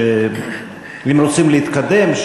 שאם רוצים להתקדם,